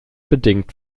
bedingt